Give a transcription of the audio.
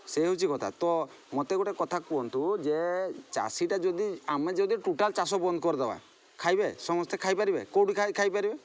ସେ ହେଉଛି କଥା ତ ମୋତେ ଗୋଟେ କଥା କୁହନ୍ତୁ ଯେ ଚାଷୀଟା ଯଦି ଆମେ ଯଦି ଟୋଟାଲ୍ ଚାଷ ବନ୍ଦ କରିଦେବ ଖାଇବେ ସମସ୍ତେ ଖାଇପାରିବେ କେଉଁଠି ଖାଇପାରିବେ